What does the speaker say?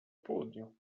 południu